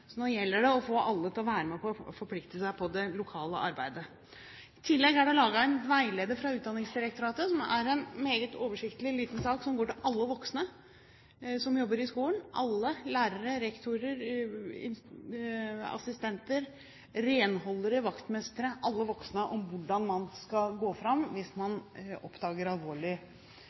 så nå gjelder det å få alle til å være med på å forplikte seg på det lokale arbeidet. I tillegg er det laget en veileder fra Utdanningsdirektoratet, som er en meget oversiktlig liten sak som går til alle voksne som jobber i skolen – alle lærere, rektorer, assistenter, renholdere, vaktmestere – om hvordan man skal gå fram hvis man oppdager